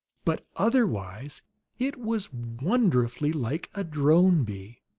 but otherwise it was wonderfully like a drone bee.